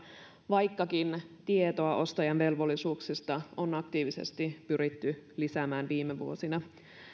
vaikkakin tietoa ostajan velvollisuuksista on aktiivisesti pyritty lisäämään viime vuosina tosiaan